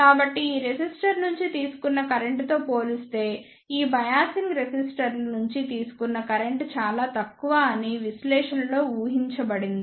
కాబట్టి ఈ రెసిస్టర్ నుంచి తీసుకున్న కరెంట్తో పోలిస్తే ఈ బయాసింగ్ రెసిస్టర్లు నుంచితీసుకున్న కరెంట్ చాలా తక్కువ అని విశ్లేషణలో ఊహించబడింది